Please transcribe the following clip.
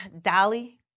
Dolly